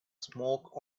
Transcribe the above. smoke